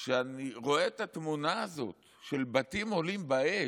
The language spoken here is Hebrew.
כשאני רואה את התמונה הזאת של בתים עולים באש,